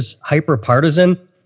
hyper-partisan